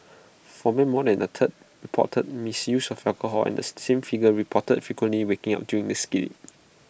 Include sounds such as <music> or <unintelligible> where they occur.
for men more than A third reported misuse of alcohol and the same figure reported frequently waking up during the <unintelligible>